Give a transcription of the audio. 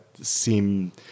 seem